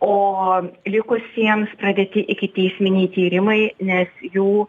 o likusiems pradėti ikiteisminiai tyrimai nes jų